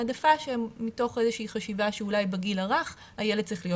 העדפה מתוך איזושהי חשיבה שאולי בגיל הרך הילד צריך להיות